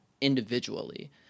individually